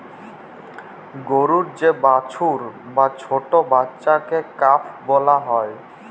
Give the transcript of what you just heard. গরুর যে বাছুর বা ছট্ট বাচ্চাকে কাফ ব্যলা হ্যয়